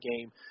game